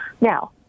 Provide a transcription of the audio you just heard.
Now